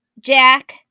Jack